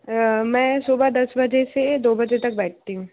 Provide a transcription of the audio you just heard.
मैं सुबह दस बजे से दो बजे तक बैठती हूँ